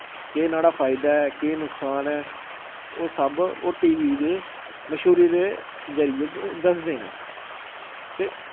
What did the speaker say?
केह् नोह्ड़ा फायदा ऐ केह् नकसान ऐ ओह् सब ओह् टी वी दे मश्हूरी दे जरिए दस्सदे न ते